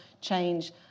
change